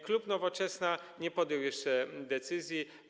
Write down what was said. Klub Nowoczesna nie podjął jeszcze decyzji.